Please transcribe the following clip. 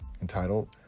entitled